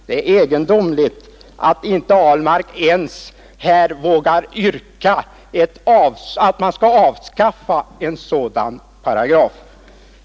Det är egendomligt att herr Ahlmark här inte ens vågar yrka på ett avskaffande av en sådan paragraf.